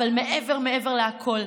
אבל מעבר מעבר לכול,